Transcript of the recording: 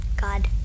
God